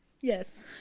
Yes